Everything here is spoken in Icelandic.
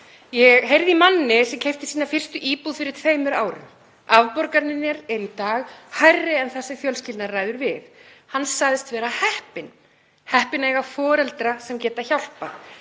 Ég heyrði í manni sem keypti sína fyrstu íbúð fyrir tveimur árum. Afborganirnar eru í dag hærri en það sem fjölskyldan ræður við. Hann sagðist heppinn að eiga foreldra sem gætu hjálpað.